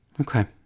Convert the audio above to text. Okay